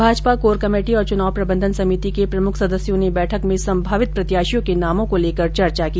Bhajpa core committee और चुनाव प्रबंधन समिति के प्रमुख सदस्यों ने बैठक में संभावित प्रत्याशियों के नामों को लेकर चर्चा की